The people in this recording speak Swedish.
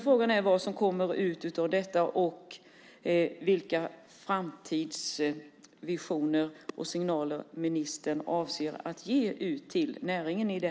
Frågan är vad som kommer ut av det och vilka framtidsvisioner och signaler ministern avser att ge ut till näringen.